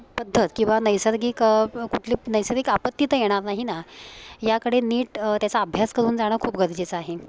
पद्धत किंवा नैसर्गिक कुठले नैसर्गिक आपत्ती तर येणार नाही ना याकडे नीट त्याचा अभ्यास करून जाणं खूप गरजेचं आहे